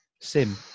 sim